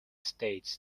states